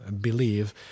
believe